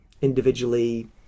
individually